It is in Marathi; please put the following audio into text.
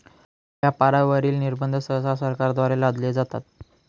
व्यापारावरील निर्बंध सहसा सरकारद्वारे लादले जातात